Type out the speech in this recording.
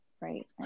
Right